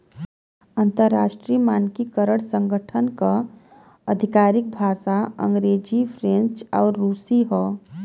अंतर्राष्ट्रीय मानकीकरण संगठन क आधिकारिक भाषा अंग्रेजी फ्रेंच आउर रुसी हौ